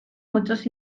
muchos